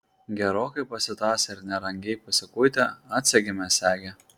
gerokai pasitąsę ir nerangiai pasikuitę atsegėme segę